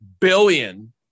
billion